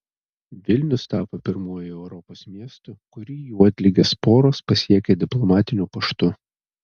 vilnius tapo pirmuoju europos miestu kurį juodligės sporos pasiekė diplomatiniu paštu